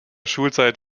schulzeit